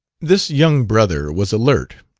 this young brother was alert,